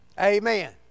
Amen